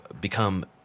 become